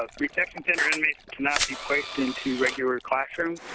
ah reception center inmates cannot be placed into regular classroom.